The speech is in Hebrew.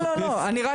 לא אמיתי.